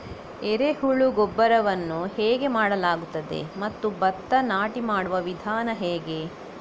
ಎರೆಹುಳು ಗೊಬ್ಬರವನ್ನು ಹೇಗೆ ಮಾಡಲಾಗುತ್ತದೆ ಮತ್ತು ಭತ್ತ ನಾಟಿ ಮಾಡುವ ವಿಧಾನ ಹೇಗೆ?